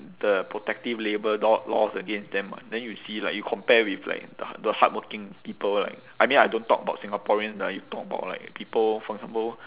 the protective labour law laws against them [what] then you see like you compare with like the the hard~ hardworking people like I mean I don't talk about singaporeans lah you talk about like people for example